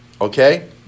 Okay